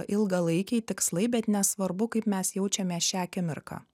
ilgalaikiai tikslai bet nesvarbu kaip mes jaučiamės šią akimirką